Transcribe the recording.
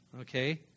Okay